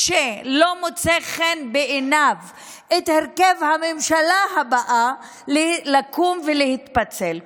שלא מוצא חן בעיניו הרכב הממשלה הבאה לקום ולהתפצל.